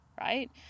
right